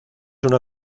una